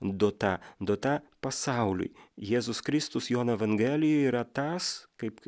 duota duota pasauliui jėzus kristus jono evangelijoj yra tas kaip